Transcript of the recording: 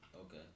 Okay